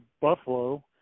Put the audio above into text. Buffalo